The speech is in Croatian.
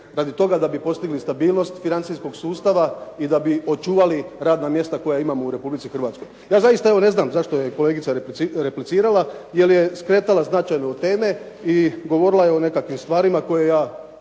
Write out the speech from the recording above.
radi toga da bi postigli stabilnost financijskog sustava i da bi očuvali radna mjesta koja imamo u Republici Hrvatskoj. Ja zaista ne znam zašto je kolegica replicirala, jer je skretala značajno od teme i govorila je o nekakvim stvarima koje ja